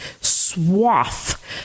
swath